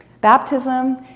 Baptism